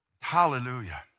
Hallelujah